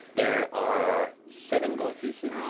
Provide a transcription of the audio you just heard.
there are seven gold pieces,